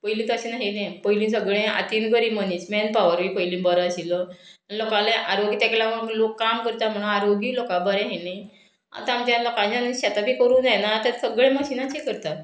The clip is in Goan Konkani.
पयलीं तशें ना हें पयलीं सगळें हातीन गरी मनीस मॅन पावरूय पयलीं बरो आशिल्लो लोकांनी आरोग्य ताका लागून लोक काम करता म्हणून आरोग्यूय लोकांक बरें हें आतां आमच्या लोकांच्या शेतां बी करूं जायना आतां सगळें मशिनाचे करतात